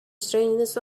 strangeness